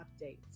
updates